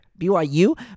BYU